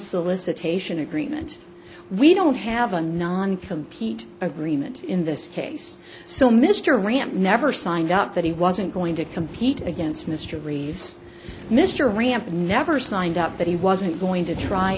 solicitation agreement we don't have a non compete agreement in this case so mr ramp never signed up that he wasn't going to compete against mr reeves mr ramp never signed up but he wasn't going to try